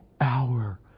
hour